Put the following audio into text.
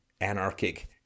anarchic